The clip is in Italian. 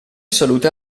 salute